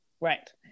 Right